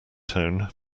tone